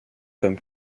comme